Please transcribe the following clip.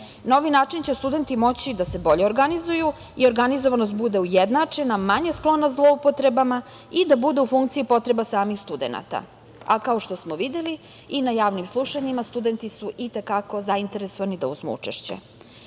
ovaj način će studenti moći da se bolje organizuju i organizovanost bude ujednačena, manje sklona zloupotrebama i da bude u funkciji potreba samih studenata, a kao što smo videli i na javnim slušanjima studenti su i te kako zainteresovani da uzmu učešće.U